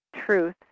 truth